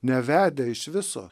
nevedę iš viso